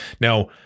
Now